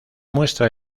muestra